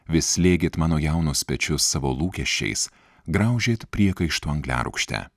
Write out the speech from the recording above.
vis slėgėt mano jaunos pečius savo lūkesčiais graužėt priekaištų angliarūgšte